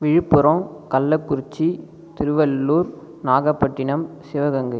Villupuram Kallakurichi Tiruvallur Nagapattinam Sivaganga